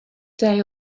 day